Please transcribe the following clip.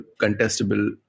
contestable